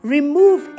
Remove